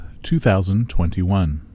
2021